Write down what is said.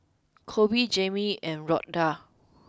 Koby Jamie and Rhoda